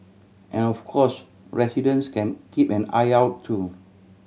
and of course residents can keep an eye out too